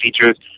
features